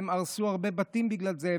הרסו הרבה בתים בגלל זה,